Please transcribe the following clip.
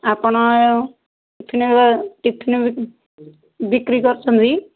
ଆପଣ ଟିଫିନ୍ ବିକ୍ରି କରୁଛନ୍ତି